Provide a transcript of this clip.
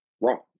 wrong